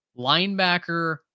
Linebacker